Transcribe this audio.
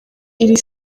iri